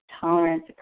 tolerance